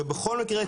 ובכל מקרה,